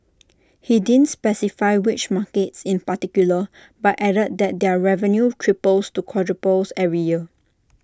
he didn't specify which markets in particular but added that their revenue triples to quadruples every year